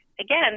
again